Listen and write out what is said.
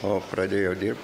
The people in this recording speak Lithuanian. o pradėjau dirb